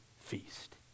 feast